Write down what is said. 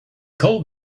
called